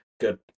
good